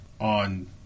on